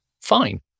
fine